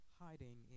hiding